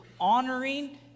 honoring